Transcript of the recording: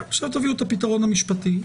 תביאו את הפתרון המשפטי.